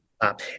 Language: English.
up